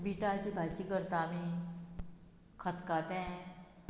बिटाची भाजी करता आमी खतखतें